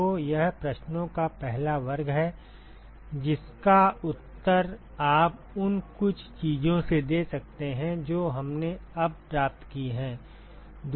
तो यह प्रश्नों का पहला वर्ग है जिसका उत्तर आप उन कुछ चीजों से दे सकते हैं जो हमने अब तक प्राप्त की हैं